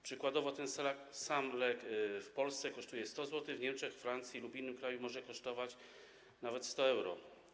Przykładowo ten sam lek, który w Polsce kosztuje 100 zł, w Niemczech, Francji lub innym kraju może kosztować nawet 100 euro.